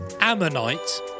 Ammonite